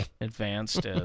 advanced